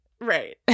Right